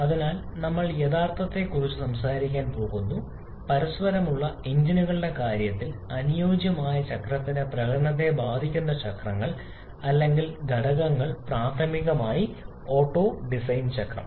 അതിനാൽ നമ്മൾ യഥാർത്ഥത്തെക്കുറിച്ച് സംസാരിക്കാൻ പോകുന്നു പരസ്പരമുള്ള എഞ്ചിനുകളുടെ കാര്യത്തിൽ അനുയോജ്യമായ ചക്രത്തിന്റെ പ്രകടനത്തെ ബാധിക്കുന്ന ചക്രങ്ങൾ അല്ലെങ്കിൽ ഘടകങ്ങൾ പ്രാഥമികമായി ഓട്ടോ ഡിസൈൻ ചക്രം